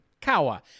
Kawa